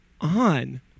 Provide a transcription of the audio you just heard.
on